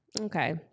Okay